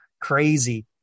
crazy